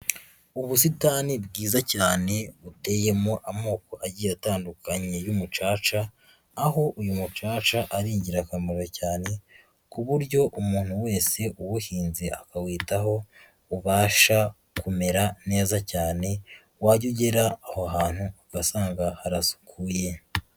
Ubusitani bwiza cyane buteyemo amoko agiye atandukanye y'umucaca, aho uyu mucaca ari ingirakamaro cyane, ku buryo umuntu wese uwuhinze akawitaho, ubasha kumera neza cyane, wajya ugera aho hantu ugasanga harasukuye.